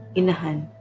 inahan